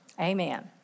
Amen